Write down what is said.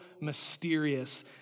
mysterious